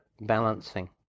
balancing